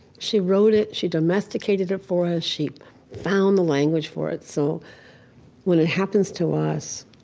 she wrote it. she domesticated it for us. she found the language for it. so when it happens to us,